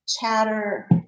chatter